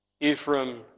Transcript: Ephraim